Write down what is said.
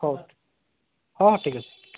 ହଉ ହଉ ହଉ ଠିକ୍ ଅଛି